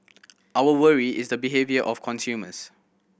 our worry is the behaviour of consumers